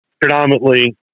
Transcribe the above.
Predominantly